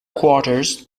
quarters